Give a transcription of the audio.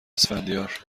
اسفندیار